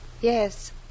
Yes